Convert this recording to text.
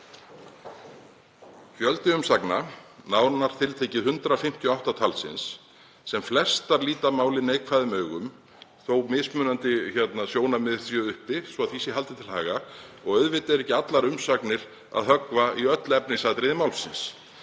Fjöldi umsagna, nánar tiltekið 158 talsins sem flestar líta málið neikvæðum augum — þótt mismunandi sjónarmið séu uppi, svo því sé haldið til haga, og auðvitað höggva ekki allar umsagnir í öll efnisatriði málsins,